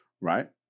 right